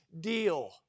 deal